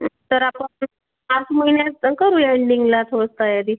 तर आपन मार्च महिन्यात करूया एंडिंगला थोडं तयारी